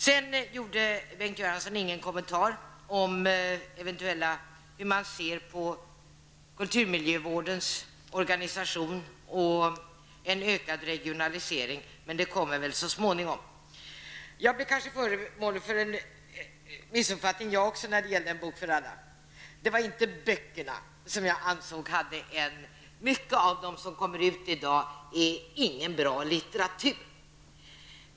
Bengt Göransson gjorde ingen kommentar till hur man ser på kulturmiljövårdens organisation och en ökad regionalisering, men det kommer väl så småningom. Jag blev kanske också föremål för en missuppfattning när det gäller En bok för alla. Det är inte böckerna i sig jag kritiserar. Många av böckerna som ges ut av En bok för alla i dag är ingen bra litteratur.